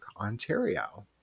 Ontario